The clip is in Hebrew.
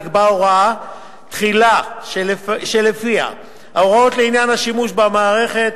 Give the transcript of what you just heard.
נקבעה הוראת תחילה שלפיה ההוראות לעניין השימוש במערכת